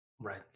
Right